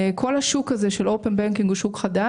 כל השוק הזה של Open banking הוא שוק חדש,